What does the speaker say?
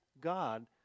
God